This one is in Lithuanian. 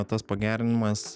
tas pagerinimas